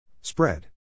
Spread